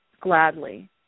gladly